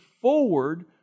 forward